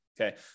Okay